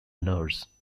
nurse